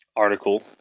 article